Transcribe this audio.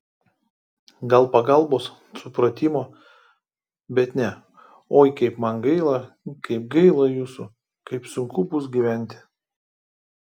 gal pagalbos supratimo bet ne oi kaip man gaila kaip gaila jūsų kaip sunku bus gyventi